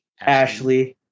Ashley